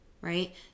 right